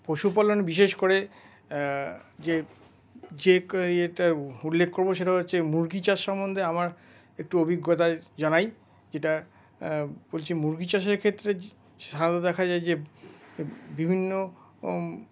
পশুপালন বিশেষ করে যে ইয়েটা উল্লেখ করব সেটা হচ্ছে মুরগি চাষ সম্বন্ধে আমার একটু অভিজ্ঞতা জানাই যেটা বলছি মুরগি চাষের ক্ষেত্রে সাধারণত দেখা যায় যে বিভিন্ন